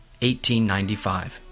1895